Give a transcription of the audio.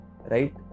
right